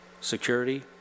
security